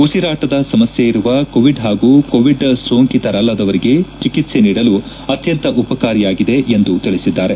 ಉಸಿರಾಟದ ಸಮಸ್ಥೆಯಿರುವ ಕೋವಿಡ್ ಹಾಗೂ ಕೋವಿಡ್ ಸೋಂಕಿತರಲ್ಲದವರಿಗೆ ಚಿಕಿತ್ಸೆ ನೀಡಲು ಅತ್ತಂತ ಉಪಕಾರಿಯಾಗಿದೆ ಎಂದು ತಿಳಿಸಿದ್ದಾರೆ